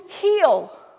heal